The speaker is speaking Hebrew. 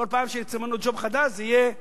כל פעם שירצו למנות ג'וב חדש, זה יהיה פינדרוניזם.